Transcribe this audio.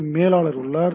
B மேலாளர் உள்ளார்